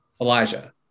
Elijah